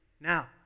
now